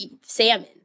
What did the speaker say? salmon